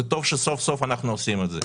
וטוב שסוף סוף אנחנו עושים את זה.